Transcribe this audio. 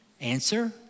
Answer